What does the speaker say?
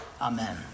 amen